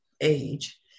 age